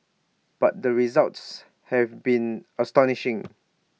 but the results have been astonishing